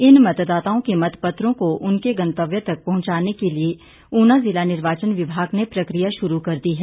इन मतदाताओं के मत पत्रों को उनके गंतव्य तक पहुंचाने के लिए ऊना ज़िला निर्वाचन विभाग ने प्रक्रिया शुरू कर दी है